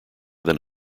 than